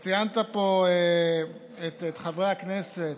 ציינת פה את חברי הכנסת,